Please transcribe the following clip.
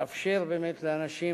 לאפשר באמת לאנשים